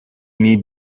need